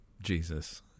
Jesus